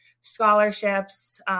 scholarships